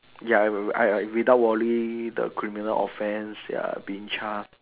ya I will will I I without worry the criminal offence ya being Char